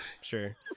sure